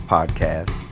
Podcast